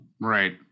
Right